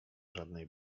żadnej